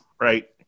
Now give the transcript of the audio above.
right